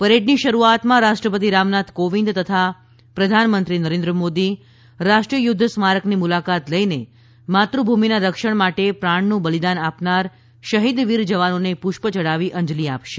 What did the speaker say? પરેડની શરૂઆતમાં રાષ્ટ્રપતિ રામનાથ કોવિંદ તથા પ્રધાનમંત્રી નરેન્દ્ર મોદી રાષ્ટ્રીય યુદ્ધ સ્મારકની મુલાકાત લઈને માતૃભૂમિના રક્ષણ માટે પ્રાણનું બલિદાન આપનાર શહીદવીર જવાનોને પુષ્પ ચઢાવી અંજલી આપશે